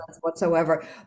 whatsoever